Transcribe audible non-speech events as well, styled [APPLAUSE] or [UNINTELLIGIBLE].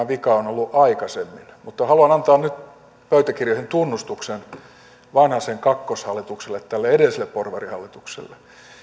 [UNINTELLIGIBLE] vika on ollut aikaisemmin haluan antaa nyt pöytäkirjoihin tunnustuksen vanhasen kakkoshallitukselle ja edelliselle porvarihallitukselle